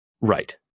Right